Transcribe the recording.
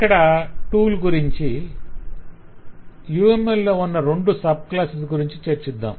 ఇక్కడ టూల్ గురించి UML లోన ఉన్న రెండు సబ్ క్లాసెస్ గురించి చర్చిద్దాం